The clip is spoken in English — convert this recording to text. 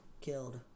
Killed